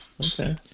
Okay